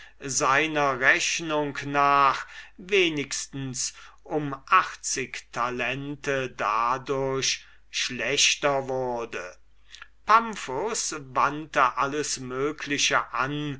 seiner rechnung nach wenigstens um achtzig talente dadurch schlechter wurde pamphus wandte alles mögliche an